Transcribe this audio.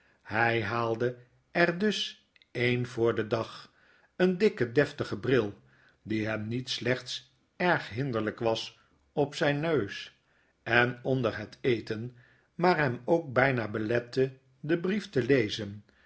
hy haalde er dus een voor den dag een dikken deftigen bril die hem niet slechts erghinderlp was op zfin neus en onder het eten mnr hem ook bpa belette den brief te lezen